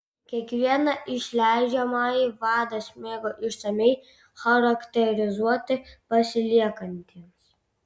kiekvieną išleidžiamąjį vadas mėgo išsamiai charakterizuoti pasiliekantiems